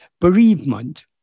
bereavement